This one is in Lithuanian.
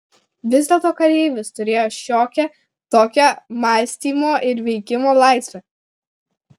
vis dėlto kareivis turėjo šiokią tokią mąstymo ir veikimo laisvę